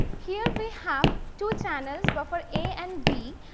here we have two channels buffer a and b.